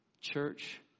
church